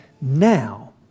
now